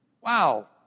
Wow